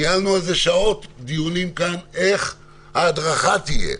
ניהלנו על זה שעות דיונים כאן איך ההדרכה תהיה,